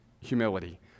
humility